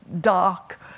dark